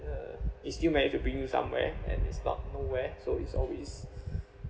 uh it's still managed to bring you somewhere and it's not nowhere so it's always